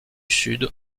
sud